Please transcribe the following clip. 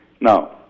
Now